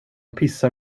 pissar